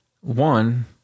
One